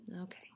Okay